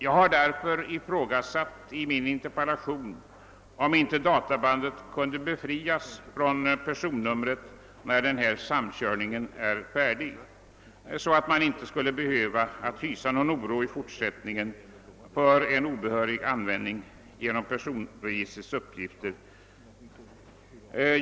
Jag har därför ifrågasatt i min interpellation, om inte databandet kunde befrias från personnumren, när denna samkörning är färdig, så att man inte i fortsättningen skulle behöva hysa någon oro för en obehörig användning Sgenom personregistrets uppgifter.